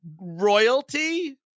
royalty